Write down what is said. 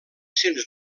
sens